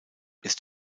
ist